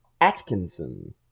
Atkinson